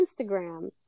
Instagram